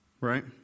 right